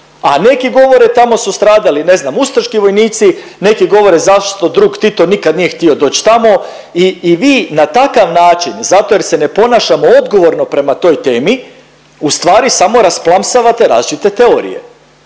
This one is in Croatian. A neki govore tamo su stradali, ne znam ustaški vojnici, neki govori zašto Drug Tito nikad nije htio doć tamo i vi na takav način zato jer se ne ponašamo odgovorno prema toj temi, ustvari samo rasplamsavate različite teorije.